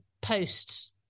posts